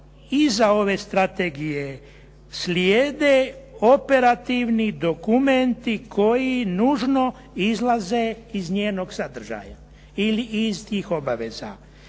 iza ove strategije slijede operativni dokumenti koji nužno izlaze iz njenog sadržaja i iz tih obaveza.